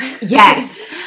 yes